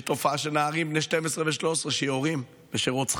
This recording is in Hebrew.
יש תופעה של נערים בני 12 ו-13 שיורים ושרוצחים.